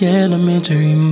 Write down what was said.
elementary